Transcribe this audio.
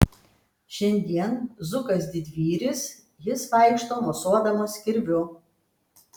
šiandien zukas didvyris jis vaikšto mosuodamas kirviu